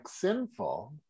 sinful